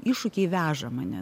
iššūkiai veža mane